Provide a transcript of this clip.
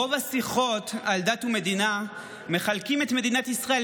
ברוב השיחות על דת ומדינה מחלקים את מדינת ישראל